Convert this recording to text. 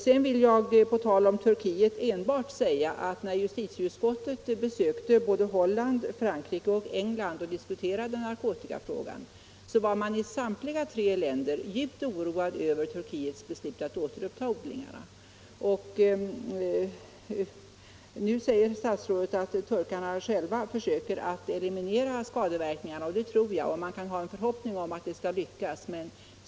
Sedan vill jag på tal om Turkiet enbart säga att när justitieutskottet besökte Holland, Frankrike och England och diskuterade narkotikafrågan var man i samtliga länder djupt oroad över Turkiets beslut att återuppta odlingarna. Nu framhåller statsrådet att turkarna själva försöker eliminera skadeverkningarna. Det tror jag, och man kan ha en förhoppning om att det skall lyckas.